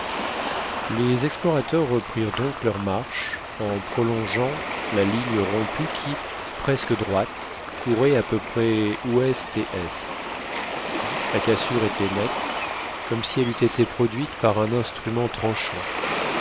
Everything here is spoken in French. les explorateurs reprirent donc leur marche en prolongeant la ligne rompue qui presque droite courait à peu près ouest et est la cassure était nette comme si elle eût été produite par un instrument tranchant